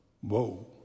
Whoa